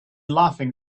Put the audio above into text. laughing